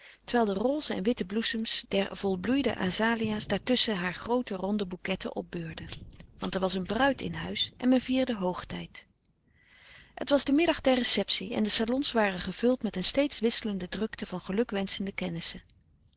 terwijl de roze en witte bloesems der volbloeide azalea's daartusschen hare groote ronde bouquetten opbeurden want er was eene bruid in huis en men vierde hoogtijd het was de middag der receptie en de salons waren gevuld met eene steeds wisselende drukte van gelukwenschende kennissen